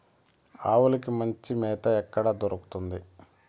ఆవులకి మంచి మేత ఎక్కడ దొరుకుతుంది?